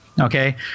okay